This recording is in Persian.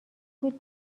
بود